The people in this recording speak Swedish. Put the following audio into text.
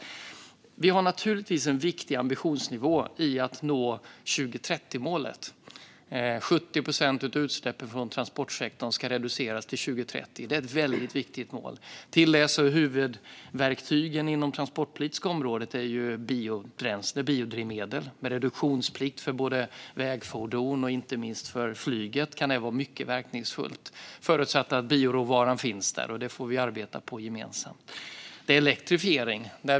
Vi har naturligtvis en viktig ambitionsnivå i att nå 2030-målet - en reducering av utsläppen från transportsektorn med 70 procent till 2030. Det är ett väldigt viktigt mål. När det gäller det finns det huvudverktyg inom det transportpolitiska området. Det är biobränsle, biodrivmedel. Med reduktionsplikt för både vägfordon och inte minst flyget kan det vara mycket verkningsfullt, förutsatt att bioråvaran finns där. Det får vi gemensamt arbeta för. Det handlar också om elektrifiering.